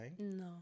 No